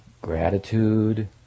gratitude